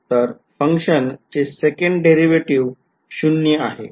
तर function चे second derivative 0 शून्य आहे